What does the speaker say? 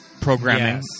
programming